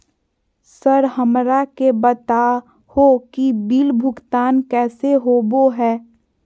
Sir हमरा के बता हो कि बिल भुगतान कैसे होबो है?